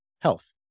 health